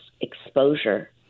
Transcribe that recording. exposure